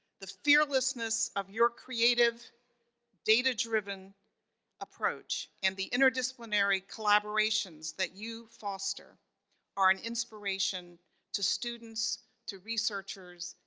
the fearlessness of your creative data-driven approach, and the interdisciplinary collaborations that you foster are an inspiration to students to researchers,